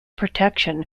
protection